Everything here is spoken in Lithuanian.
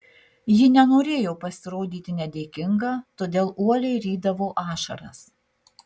ji nenorėjo pasirodyti nedėkinga todėl uoliai rydavo ašaras